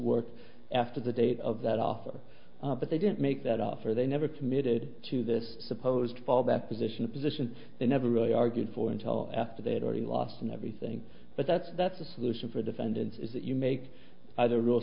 work after the date of that offer but they didn't make that offer they never committed to this supposed fallback position position they never really argued for until after they had already lost and everything but that's that's the solution for defendants is that you make